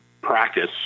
practice